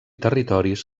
territoris